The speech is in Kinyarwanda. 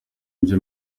byo